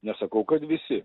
nesakau kad visi